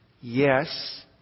yes